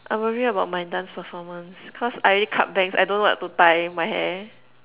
I'm worried about my dance performance cause I already cut bangs I don't know what to tie my hair